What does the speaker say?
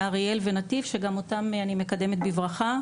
אריאל ונתיב שגם אותם אני מקדמת בברכה.